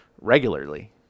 regularly